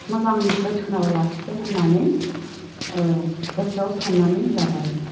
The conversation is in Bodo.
मोजां जोथोनाव लाखिगोन होन्नानै गोसोआव साननानै लाबाय